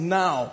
now